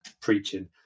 preaching